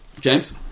James